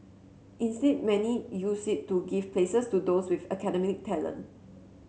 instead many use it to give places to those with academic talent